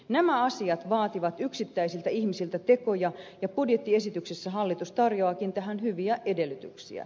nämä asiat vaativat yksittäisiltä ihmisiltä tekoja ja budjettiesityksessä hallitus tarjoaakin tähän hyviä edellytyksiä